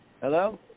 Hello